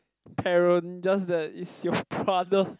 parent just that is your brother